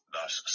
Thus